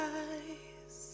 eyes